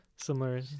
Similar